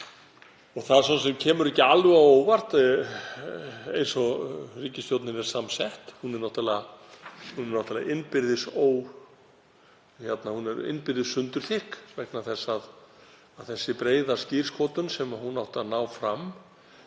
kemur svo sem ekki alveg á óvart eins og ríkisstjórnin er samsett. Hún er náttúrlega innbyrðis sundurþykk vegna þess að sú breiða skírskotun sem hún átti að ná fram